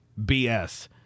BS